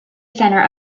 center